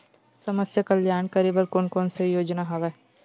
समस्या कल्याण बर कोन कोन से योजना हवय?